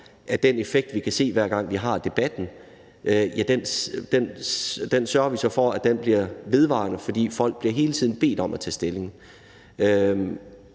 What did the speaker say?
at den effekt, vi kan se, hver gang vi har debatten, bliver vedvarende, fordi folk hele tiden bliver bedt om at tage stilling.